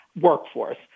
workforce